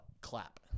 clap